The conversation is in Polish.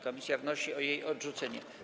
Komisja wnosi o jej odrzucenie.